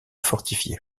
fortifiée